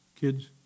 kids